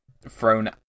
thrown